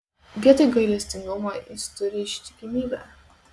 vietoj gailestingumo jis turi ištikimybę